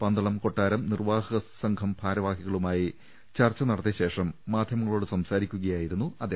പന്തളം കൊട്ടാരം നിർവാഹക സംഘം ഭാർവാഹികളുമായി ചർച്ച നടത്തിയ ശേഷം മാധ്യമങ്ങളോട് സംസാരിക്കുകയായിരുന്നു പത്മകുമാർ